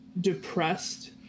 depressed